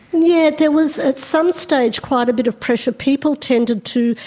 yeah there was at some stage quite a bit of pressure. people tended to,